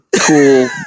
cool